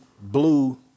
blue